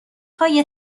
های